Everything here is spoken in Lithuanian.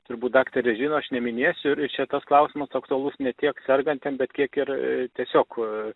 turbūt daktarė žino aš neminėsiu ir čia tas klausimas aktualus ne tiek sergantiem bet kiek ir tiesiog